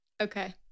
Okay